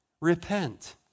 Repent